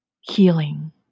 healing